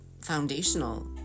foundational